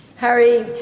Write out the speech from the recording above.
harry,